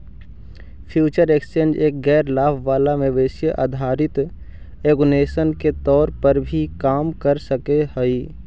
future exchange एक गैर लाभ वाला मेंबरशिप आधारित ऑर्गेनाइजेशन के तौर पर भी काम कर सकऽ हइ